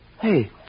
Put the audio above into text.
Hey